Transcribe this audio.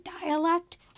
dialect